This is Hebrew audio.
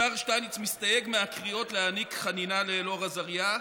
השר שטייניץ מסתייג מהקריאות להעניק חנינה לאלאור עזריה.